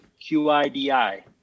Q-I-D-I